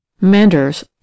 Manders